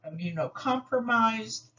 immunocompromised